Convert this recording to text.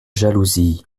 jalousie